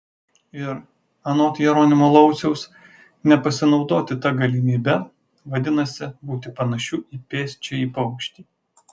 ir anot jeronimo lauciaus nepasinaudoti ta galimybe vadinasi būti panašiu į pėsčiąjį paukštį